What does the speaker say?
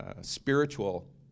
spiritual